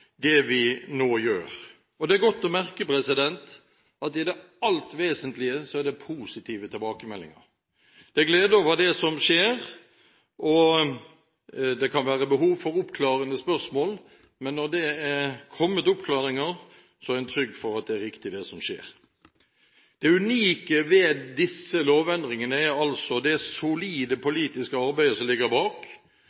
merke at i det alt vesentlige er det positive tilbakemeldinger. Det er glede over det som skjer. Det kan være behov for oppklarende spørsmål, men når det er kommet oppklaringer, er en trygg for at det er riktig, det som skjer. Det unike ved disse lovendringene er altså det solide